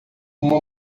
uma